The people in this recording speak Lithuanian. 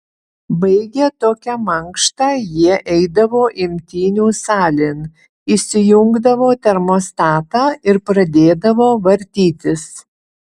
baigę tokią mankštą jie eidavo imtynių salėn įsijungdavo termostatą ir pradėdavo vartytis